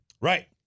Right